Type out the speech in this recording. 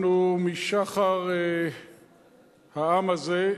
משחר העם הזה,